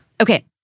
Okay